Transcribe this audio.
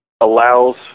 allows